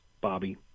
Bobby